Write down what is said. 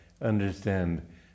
understand